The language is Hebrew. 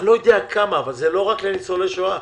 אני לא יודע כמה, אבל לא רק לניצולי שואה,